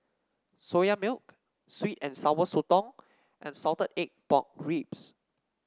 Soya Milk sweet and Sour Sotong and Salted Egg Pork Ribs